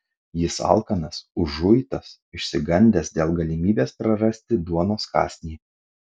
jis alkanas užuitas išsigandęs dėl galimybės prarasti duonos kąsnį